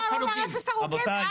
איך אפשר לומר אפס הרוגים?